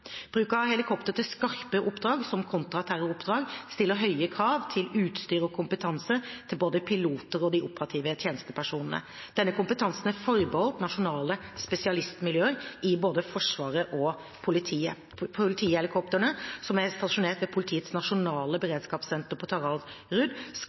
Bruk av helikopter til skarpe oppdrag, som kontraterroroppdrag, stiller høye krav til utstyr og kompetanse, til både piloter og de operative tjenestepersonene. Denne kompetansen er forbeholdt nasjonale spesialistmiljøer i både Forsvaret og politiet. Politihelikoptrene som er stasjonert ved politiets nasjonale